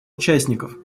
участников